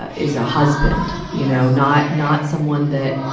ah is a husband, you know, not, not someone that,